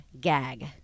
Gag